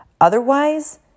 Otherwise